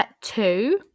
two